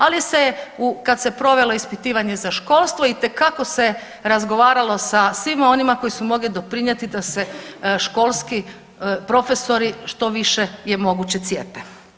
Ali kad se provelo ispitivanje za školstvo itekako se razgovaralo sa svima onima koji su mogli doprinijeti da se školski profesori što više je moguće cijepe.